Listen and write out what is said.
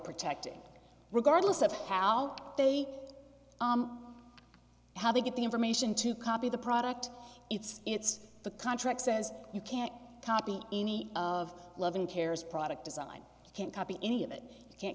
protecting regardless of how they how they get the information to copy the product it's it's the contract says you can't copy any of loving care is product design can't copy any of it you can't